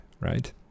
right